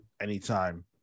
anytime